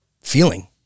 feeling